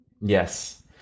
yes